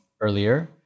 earlier